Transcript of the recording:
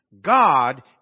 God